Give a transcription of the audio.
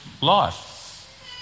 life